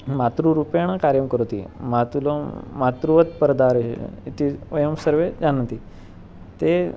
मातृरूपेण कार्यं करोति मातुलं मातृवत्परदारे इति वयं सर्वे जानन्ति ते